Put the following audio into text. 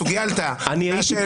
אני הייתי פה.